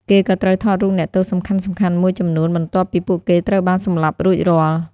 គេក៏ត្រូវថតរូបអ្នកទោសសំខាន់ៗមួយចំនួន បន្ទាប់ពីពួកគេត្រូវបានសម្លាប់រួចរាល់។